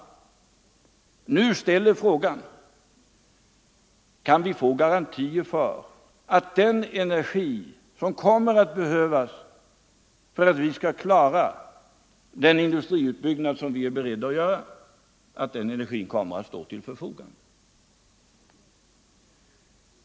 försäljningen nu ställer frågan: Kan vi få garantier för att den energi som behövs för av svensk atomatt vi skall klara den industriutbyggnad vi är beredda att göra kommer = kraftsteknik till att stå till förfogande?